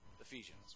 Ephesians